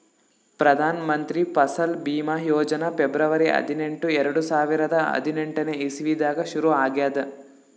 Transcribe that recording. ಪ್ರದಾನ್ ಮಂತ್ರಿ ಫಸಲ್ ಭೀಮಾ ಯೋಜನಾ ಫೆಬ್ರುವರಿ ಹದಿನೆಂಟು, ಎರಡು ಸಾವಿರದಾ ಹದಿನೆಂಟನೇ ಇಸವಿದಾಗ್ ಶುರು ಆಗ್ಯಾದ್